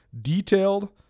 detailed